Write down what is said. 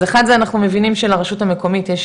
אז אחד זה אנחנו מבינים שלרשות המקומית יש